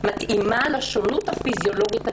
מתאימה לשונות הפיזיולוגית הקיימת."